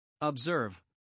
Observe